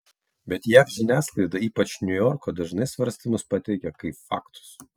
bet jav žiniasklaida ypač niujorko dažnai svarstymus pateikia kaip faktus